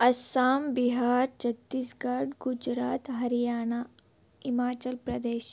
Assam Bihar Chhattisgarh Gujarat Haryana Himachal Pradesh